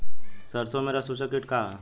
सरसो में रस चुसक किट का ह?